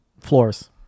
floors